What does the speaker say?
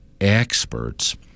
experts